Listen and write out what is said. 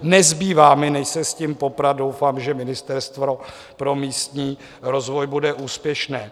Nezbývá mi než se s tím poprat, doufám, že ministerstvo pro místní rozvoj bude úspěšné.